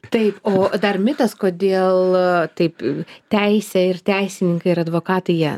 taip o dar mitas kodėl taip teisė ir teisininkai ir advokatai jie